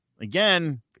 again